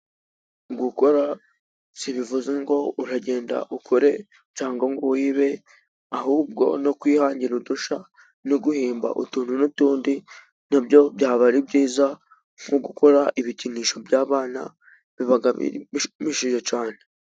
Gukora ntibivuze ngo uragenda ukore cyangwa ngo wibe, ahubwo ni ukwihangira udushya no guhimba utuntu n'utundi, na byo byaba ari byiza mu gukora ibikinisho by'abana biba bishimishije cyane.